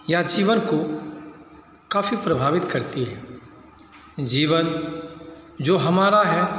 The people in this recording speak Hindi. या जीवन को काफ़ी प्रभवित करती है जीवन जो हमारा है